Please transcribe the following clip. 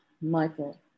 Michael